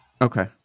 Okay